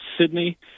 Sydney